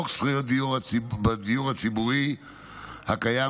חוק זכויות הדייר בדיור הציבורי הקיים